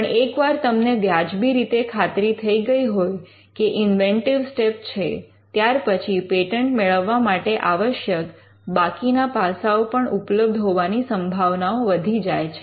પણ એકવાર તમને વ્યાજબી રીતે ખાતરી થઈ ગઈ હોય કે ઇન્વેન્ટિવ સ્ટેપ છે ત્યાર પછી પેટન્ટ મેળવવા માટે આવશ્યક બાકીના પાસાઓ પણ ઉપલબ્ધ હોવાની સંભાવનાઓ વધી જાય છે